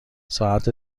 ساعت